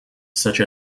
such